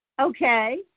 Okay